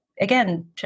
again